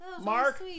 Mark